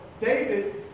David